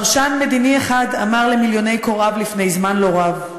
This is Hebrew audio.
"פרשן מדיני אחד אמר למיליוני קוראיו לפני זמן לא רב: